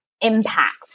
impact